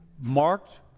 marked